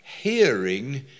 hearing